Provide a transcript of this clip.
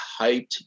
hyped